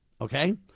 okay